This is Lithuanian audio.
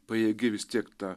pajėgi vis tiek tą